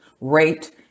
raped